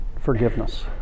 forgiveness